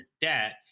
debt